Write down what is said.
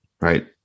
right